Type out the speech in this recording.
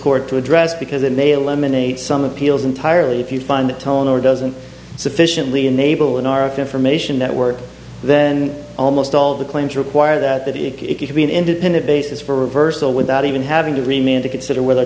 court to address because it may eliminate some appeals entirely if you find that tone or doesn't sufficiently enable in our information network then almost all the claims require that it could be an independent basis for reversal without even having to remain to consider whether